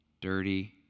dirty